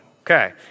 okay